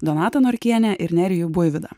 donatą norkienę ir nerijų buivydą